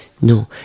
no